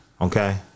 Okay